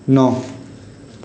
ন